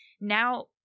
now